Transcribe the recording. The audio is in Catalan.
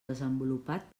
desenvolupat